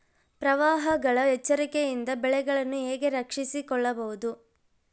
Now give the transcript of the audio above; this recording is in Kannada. ಪ್ರವಾಹಗಳ ಎಚ್ಚರಿಕೆಯಿಂದ ಬೆಳೆಗಳನ್ನು ಹೇಗೆ ರಕ್ಷಿಸಿಕೊಳ್ಳಬಹುದು?